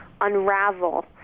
unravel